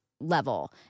level